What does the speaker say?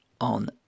on